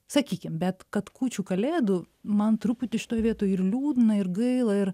sakykim bet kad kūčių kalėdų man truputį išitoj vietoj ir liūdna ir gaila ir